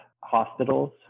hospitals